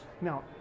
Now